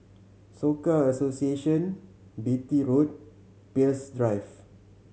Soka Association Beatty Road Peirce Drive